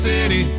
City